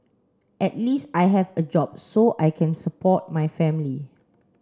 at least I have a job so I can support my family